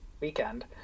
weekend